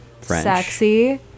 sexy